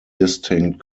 distinct